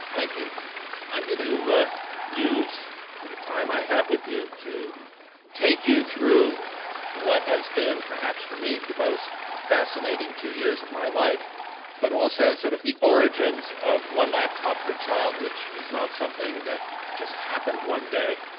thankyou. i am going to use the time i have with you to take you through what has been perhaps for me the most fascinating two years of my life but also sort of the origins of one laptop per child which is not something that just happened one day.